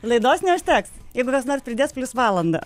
laidos neužteks jeigu kas nors pridės plius valandą